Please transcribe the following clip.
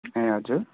ए हजुर